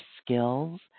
skills